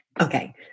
Okay